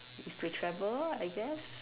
is to travel I guess